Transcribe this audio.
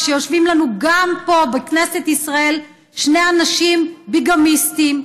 כשיושבים לנו גם פה בכנסת ישראל שני אנשים ביגמיסטים,